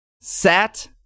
sat